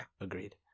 Agreed